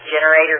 generator